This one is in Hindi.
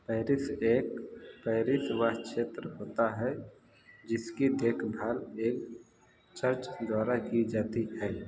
पैरिश एक पैरिश वह क्षेत्र होता है जिसकी देखभाल एक चर्च द्वारा की जाती है